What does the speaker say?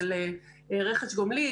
של רכש גומלין,